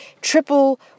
triple